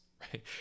right